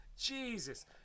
Jesus